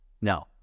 no